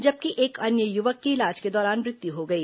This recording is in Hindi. जबकि एक अन्य युवक की इलाज के दौरान मृत्यु हो गई